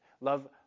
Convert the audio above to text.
Love